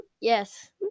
Yes